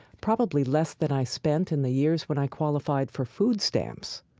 probably less than i spent in the years when i qualified for food stamps.